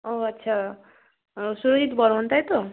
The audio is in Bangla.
ওহ আচ্ছা সুরজিৎ বর্মণ তাই তো